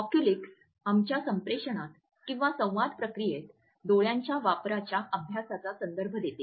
ऑक्यूलिक्स आमच्या संप्रेषणात किंवा संवाद प्रक्रियेत डोळ्यांच्या वापराच्या अभ्यासाचा संदर्भ देते